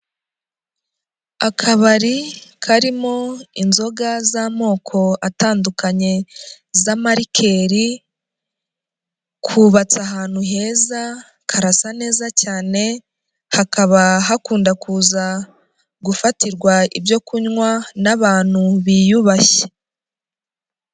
Akabari karimo inzoga z'amoko atandukanye, iz'amarikeli, kubabatse ahantu heza karasa neza cyane, hakaba hakunda kuza gufatirwa ibyo kunywa n'abantu biyubashye.